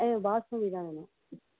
ஆ பாசுமதிதான் வேணும்